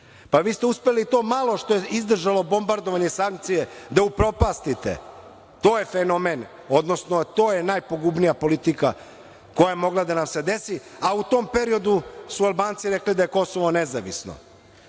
Vi ste uspeli i to malo što je izdržalo bombardovanje, sankcije da upropastite. To je fenomen, odnosno to je najpogubnija politika koja je mogla da nam se desi, a u tom periodu su Albanci rekli da je Kosovo nezavisno